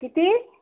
किती